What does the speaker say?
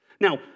Now